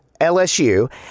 LSU